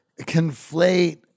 conflate